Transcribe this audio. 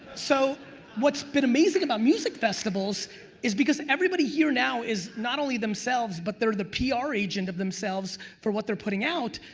so what's been amazing about music festivals is because everybody here now is not only themselves but they're the ah pr agent of themselves for what they're putting out,